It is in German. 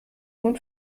nun